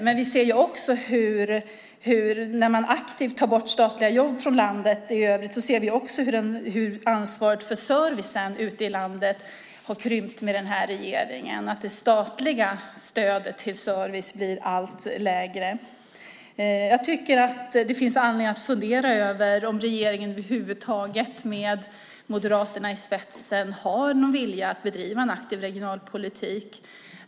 Men när man aktivt har tagit bort statliga jobb i landet har vi sett hur ansvaret för servicen ute i landet har krympt med denna regering. Det statliga stödet till service blir allt mindre. Jag tycker att det finns anledning att fundera över om regeringen med Moderaterna i spetsen över huvud taget har någon vilja att bedriva en aktiv regionalpolitik.